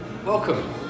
Welcome